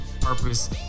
Purpose